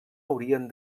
haurien